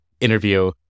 interview